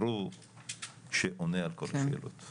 ברור שעונה על כל השאלות.